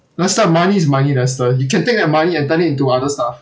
lester money is money lester you can take that money and turn it into other stuff